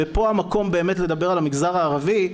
ופה המקום באמת לדבר על המגזר הערבי,